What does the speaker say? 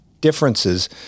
differences